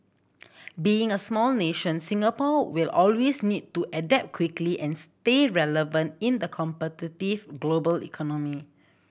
being a small nation Singapore will always need to adapt quickly and stay relevant in the competitive global economy